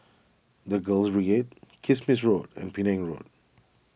the Girls Kismis Road and Penang Road